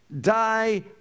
die